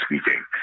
speaking